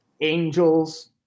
Angels